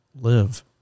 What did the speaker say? live